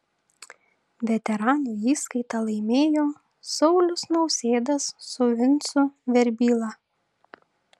veteranų įskaitą laimėjo saulius nausėdas su vincu verbyla